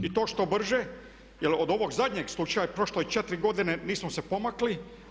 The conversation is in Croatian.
I to što brže jer od ovog zadnjeg slučaja prošlo je 4 godine, nismo se pomakli.